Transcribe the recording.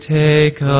take